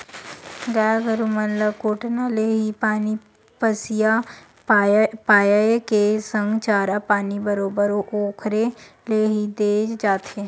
गाय गरु मन ल कोटना ले ही पानी पसिया पायए के संग चारा पानी बरोबर ओखरे ले ही देय जाथे